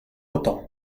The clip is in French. autant